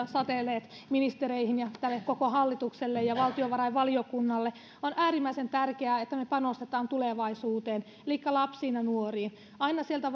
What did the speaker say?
satelee ministereille ja tälle koko hallitukselle ja valtiovarainvaliokunnalle on äärimmäisen tärkeää että me panostamme tulevaisuuteen elikkä lapsiin ja nuoriin aina sieltä